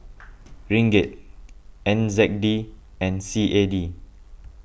Ringgit N Z D and C A D